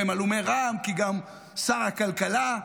והם הלומי רעם גם כי שר הכלכלה,